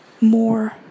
more